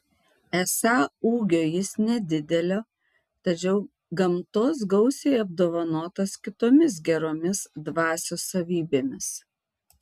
esą ūgio jis nedidelio tačiau gamtos gausiai apdovanotas kitomis geromis dvasios savybėmis